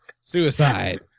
Suicide